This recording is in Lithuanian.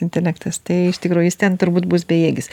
intelektas tai iš tikro jis ten turbūt bus bejėgis